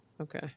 Okay